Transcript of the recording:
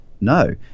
No